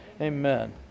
Amen